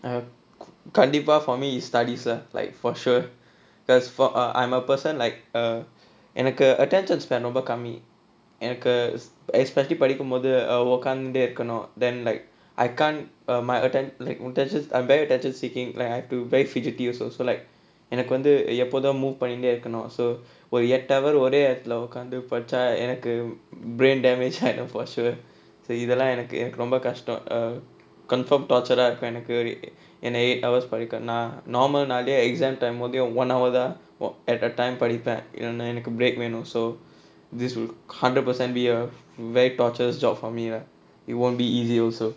கண்டிப்பா:kandippaa for me is studies ah like for sure that's for I'm a person like எனக்கு:enakku attention ரொம்ப கம்மி எனக்கு:romba kammi enakku especially படிக்கமோது உக்காந்துண்டே இருக்கனும்:padikkamothu ukkaanthundae irukkanum then like I can't err my attention like I'm very attention seeking I'm very figety also எனக்கு வந்து எப்போதும்:enakku vanthu eppothum move பண்ணிட்டே இருக்கனும்:pannittae irukkanum so ஒரு எட்டு:oru ettu hour ஒரே இடத்துல உக்காந்து படிச்சா எனக்கு:orae idathula ukkaanthu padichaa enakku brain damage ஆயிரும்:aayirum for sure so இதெல்லா எனக்கு எனக்கு ரொம்ப கஷ்டம்:ithellaaa enakku enakku romba kashtam confirm torture ah இருக்கும் எனக்கு என்ன:irukkum enakku enna eight hours படிக்கனுனா:padikkanunaa normal நாளே:naalae exam time வந்து:vanthu one hour தான்:thaan at a time படிப்பேன் இன்னொன்னு எனக்கு:padippaen innonnu enakku break வேணும்:venum so this will hundred percent be a very torturous job for me lah it wont be easy also